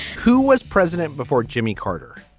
who was president before jimmy carter?